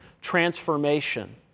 transformation